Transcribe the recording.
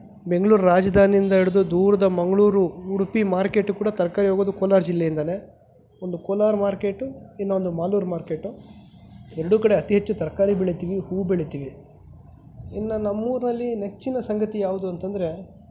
ಬೆಂಗ್ಳೂರು ರಾಜಧಾನಿಯಿಂದ ಹಿಡಿದು ದೂರದ ಮಂಗಳೂರು ಉಡುಪಿ ಮಾರ್ಕೆಟ್ಗೆ ಕೂಡ ತರಕಾರಿ ಹೋಗೋದು ಕೋಲಾರ ಜಿಲ್ಲೆಯಿಂದನೇ ಒಂದು ಕೋಲಾರ ಮಾರ್ಕೆಟು ಇನ್ನೊಂದು ಮಾಲೂರು ಮಾರ್ಕೆಟು ಎರಡೂ ಕಡೆ ಅತಿ ಹೆಚ್ಚು ತರಕಾರಿ ಬೆಳೀತೀವಿ ಹೂವು ಬೆಳೀತೀವಿ ಇನ್ನು ನಮ್ಮೂರಿನಲ್ಲಿ ನೆಚ್ಚಿನ ಸಂಗತಿ ಯಾವುದು ಅಂತಂದರೆ